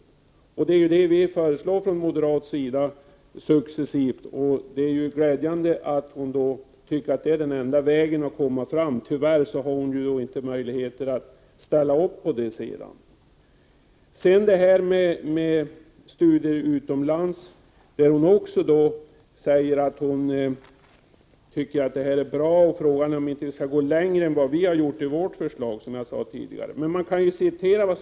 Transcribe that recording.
Vi föreslår från moderat sida att en sådan reform skall genomföras successivt, och det är glädjande att Lena Öhrsvik anser att det är den enda vägen att komma fram på. Tyvärr har hon sedan inte möjlighet att ställa sig bakom detta förslag. Sedan till frågan om studier utomlands. I den frågan säger Lena Öhrsvik också att hon tycker att förslaget är bra, och frågan är om man inte skall gå längre än vad vi reservanter har gjort i vårt förslag.